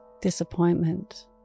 Disappointment